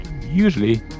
usually